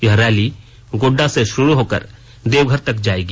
यह रैली गोड़डा से शुरू होकर देवघर तक जायेगी